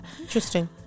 Interesting